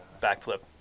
backflip